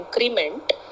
increment